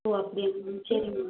ஓ அப்படியா மேம் சரிங்க மேம்